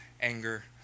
anger